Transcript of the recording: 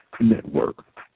Network